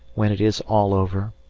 when it is all over,